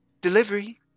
Delivery